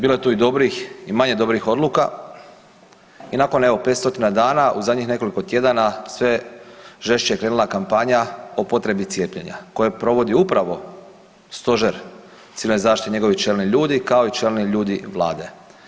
Bilo je tu i dobrih i manje dobrih odluka i nakon evo 500 dana, u zadnjih nekoliko tjedana, sve žešće je krenula kampanja o potrebi cijepljenja koje provodi upravo Stožer civilne zaštite i njegovi čelni ljudi kao i čelni ljudi Vlade.